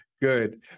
Good